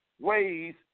ways